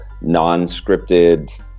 non-scripted